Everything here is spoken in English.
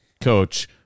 coach